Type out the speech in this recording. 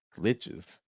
glitches